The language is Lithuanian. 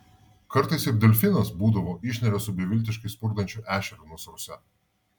kartais ir delfinas būdavo išneria su beviltiškai spurdančiu ešeriu nasruose